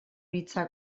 hitza